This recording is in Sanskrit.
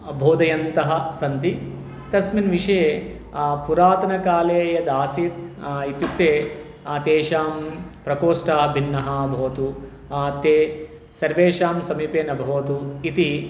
बोधयन्तः सन्ति तस्मिन् विषये पुरातनकाले यद् आसीत् इत्युक्ते तेषां प्रकोष्ठाः भिन्नाः भवतु ते सर्वेषां समीपे न भवतु इति